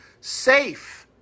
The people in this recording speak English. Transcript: safe